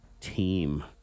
team